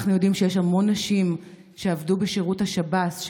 אנחנו יודעים שיש המון נשים שעבדו בשירות השב"ס,